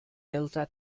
delta